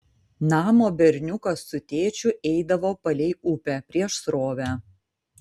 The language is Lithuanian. namo berniukas su tėčiu eidavo palei upę prieš srovę